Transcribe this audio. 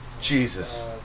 Jesus